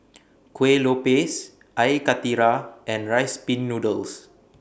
Kuih Lopes Air Karthira and Rice Pin Noodles